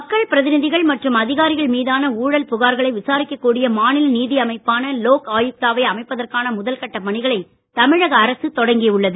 மக்கள் பிரதிநிதிகள் மற்றும் அதிகாரிகள் மீதான ஊழல் புகார்களை விசாரிக்ககூடிய மாநில நீதி அமைப்பான லோக் ஆயுக்தாவை அமைப்பதற்கான முதல்கட்ட பணிகளை தமிழக அரசு தொடங்கி உள்ளது